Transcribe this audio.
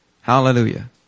Hallelujah